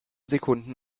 sekunden